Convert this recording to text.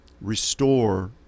restore